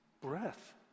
breath